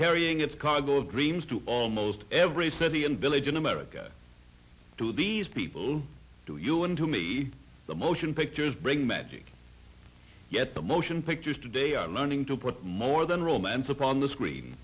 carrying its cargo of dreams to almost every city and village in america to these people to you and to me the motion pictures bring magic yet the motion pictures today are learning to put more than romance up on the screen